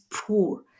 poor